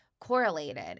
correlated